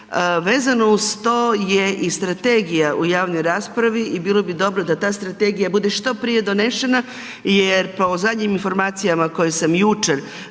Vezano uz to je i strategija u javnoj raspravi i bilo bi dobro da ta strategija bude što prije donešena jer po zadnjim informacijama koje sam jučer